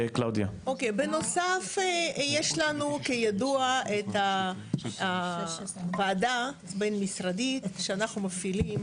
בנוסף יש לנו כידוע את הוועדה בין משרדית שאנחנו מפעילים,